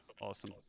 Awesome